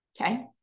Okay